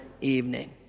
evening